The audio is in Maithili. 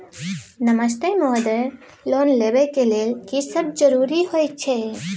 नमस्ते महोदय, लोन लेबै के लेल की सब जरुरी होय छै?